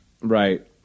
right